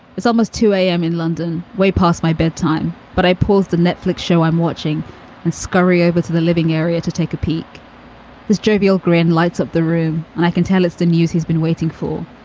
it's almost two zero a m. in london, way past my bedtime, but i pulled the netflix show i'm watching and scurry over to the living area to take a peek as jovial grin lights up the room. and i can tell it's the news he's been waiting for.